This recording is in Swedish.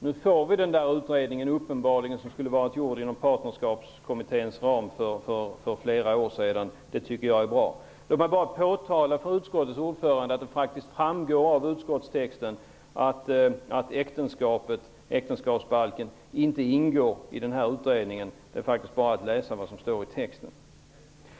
Nu får vi uppenbarligen den utredning som skulle gjorts inom Partnerskapskommitténs ram för flera år sedan. Det tycker jag är bra. Låt mig bara påtala för utskottets ordförande att det faktiskt framgår av utskottstexten att äktenskapsbalken inte ingår i denna utredning -- det är faktiskt bara att läsa vad som står i texten.